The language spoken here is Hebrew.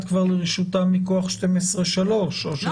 כבר לרשותם מכוח 12(3) או שזה --- לא,